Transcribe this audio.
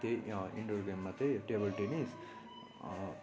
त्यही इन्डोर गेममा त्यही टेबल टेनिस